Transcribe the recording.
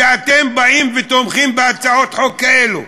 שאתם באים ותומכים בהצעות חוק כאלו?